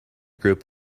group